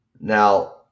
Now